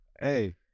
Hey